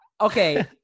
okay